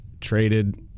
traded